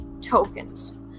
tokens